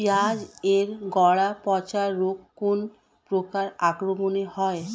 পিঁয়াজ এর গড়া পচা রোগ কোন পোকার আক্রমনে হয়?